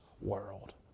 world